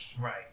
right